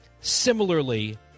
similarly